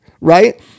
right